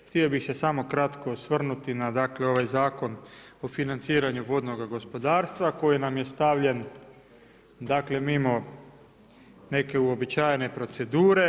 Htio bih se samo kratko osvrnuti na ovaj Zakon o financiranju vodnoga gospodarstva koji nam je stavljen mimo neke uobičajene procedure.